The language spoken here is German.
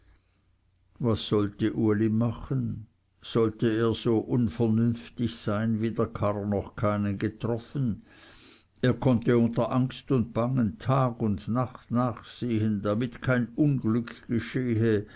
was sollte uli machen sollte er so unvernünftig sein wie der karrer noch keinen getroffen er konnte unter angst und bangen tag und nacht nachsehen damit kein unglück geschehe